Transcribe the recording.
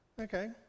Okay